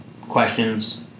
questions